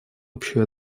общую